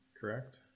correct